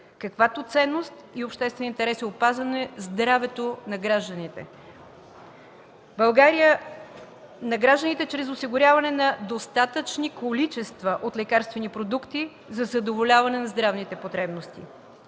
каквато ценност и обществен интерес е опазване на здравето на гражданите на България чрез осигуряване на достатъчни количества от лекарствени продукти за задоволяване на здравните потребности.